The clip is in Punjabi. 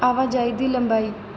ਆਵਾਜਾਈ ਦੀ ਲੰਬਾਈ